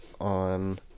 on